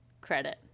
credit